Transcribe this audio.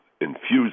infuse